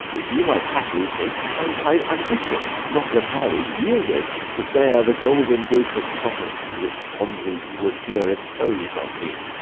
you might haply think tongue-tied ambition, not replying, yielded to bear the golden yoke of sovereignty, which fondly you would here impose on me